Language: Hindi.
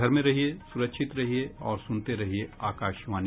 घर में रहिये सुरक्षित रहिये और सुनते रहिये आकाशवाणी